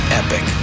epic